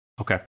Okay